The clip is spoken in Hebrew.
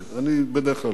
אני בדרך כלל לא עושה.